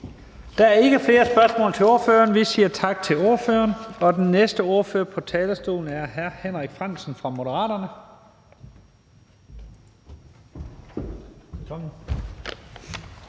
Der er ikke flere spørgsmål til ordføreren. Vi siger tak til ordføreren. Den næste ordfører på talerstolen er hr. Henrik Frandsen fra Moderaterne. Velkommen.